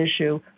issue